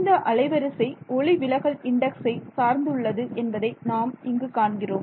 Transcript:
இந்த அலைவரிசை ஒளிவிலகல் இன்டெக்ஸ் சார்ந்து உள்ளது என்பதை நாம் இங்கு காண்கிறோம்